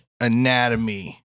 anatomy